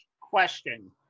Question